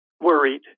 worried